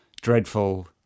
dreadful